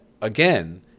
again